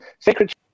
Secret